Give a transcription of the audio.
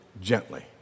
gently